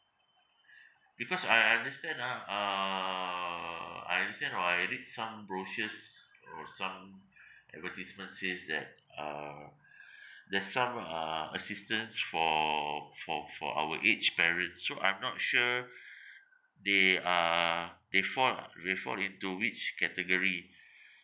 because I understand ah uh I understand or I read some brochures or some advertisements says that uh there's some uh assistance for for for our aged parents so I'm not sure they are they fall uh they fall into which category